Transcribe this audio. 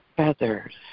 Feathers